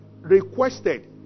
requested